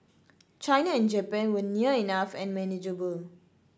China and Japan were near enough and manageable